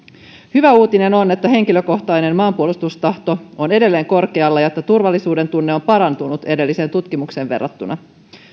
hyvä uutinen on että henkilökohtainen maanpuolustustahto on edelleen korkealla ja että turvallisuuden tunne on parantunut edelliseen tutkimukseen verrattuna